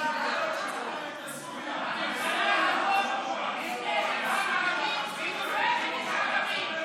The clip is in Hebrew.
הממשלה הזאת נסמכת על ערבים והיא דופקת את הערבים,